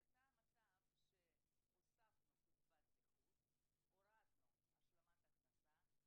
יצא מצב שהוספנו קצבת נכות והורדנו השלמת הכנסה.